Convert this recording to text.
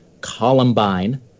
Columbine